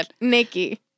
Nikki